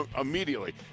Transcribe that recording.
immediately